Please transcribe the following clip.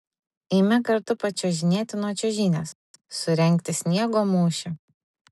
eime kartu pačiuožinėti nuo čiuožynės surengti sniego mūšį